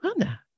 Anna